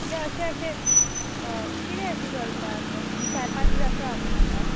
म्हणजे अशें अशें किदें अशें चलता अशें आमी चार पांच दीस आसा हांगा आतां